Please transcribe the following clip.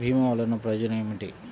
భీమ వల్లన ప్రయోజనం ఏమిటి?